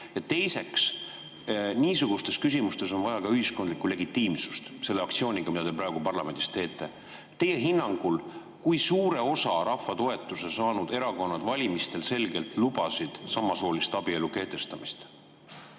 teiseks, niisugustes küsimustes on vaja ka ühiskondlikku legitiimsust selle aktsiooni korral, mida te praegu parlamendis teete. [Kas] teie hinnangul suure osa rahva toetuse saanud erakonnad lubasid valimistel selgelt samasooliste abielu kehtestamist?